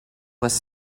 was